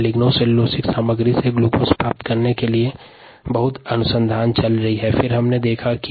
lignocellulosic पदार्थ से glucose प्राप्त करने के लिए बड़ी मात्र में शोध जारी है